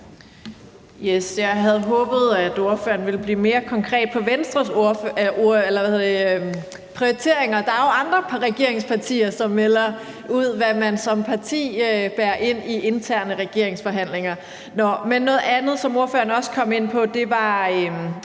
Jeg havde håbet, at ordføreren ville blive mere konkret på Venstres prioriteringer. Der er jo andre regeringspartier, som melder ud, hvad de som partier bærer ind i interne regeringsforhandlinger. Noget andet, som ordføreren også kom ind på, var